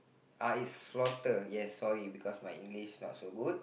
ah it's slaughter yes sorry because my English not so good